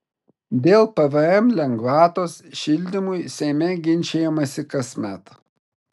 dėl pvm lengvatos šildymui seime ginčijamasi kasmet